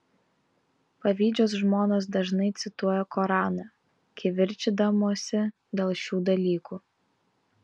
pavydžios žmonos dažnai cituoja koraną kivirčydamosi dėl šių dalykų